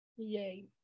Yay